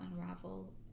unravel